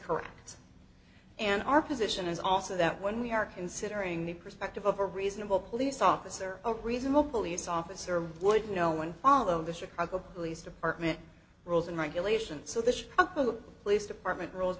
correct and our position is also that when we are considering the perspective of a reasonable police officer a reasonable police officer would know when all of the chicago police department rules and regulations so the police department rules